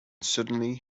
suddenly